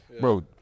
Bro